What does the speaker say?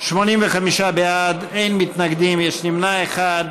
85 בעד, אין מתנגדים, יש נמנע אחד.